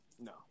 No